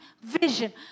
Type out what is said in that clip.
vision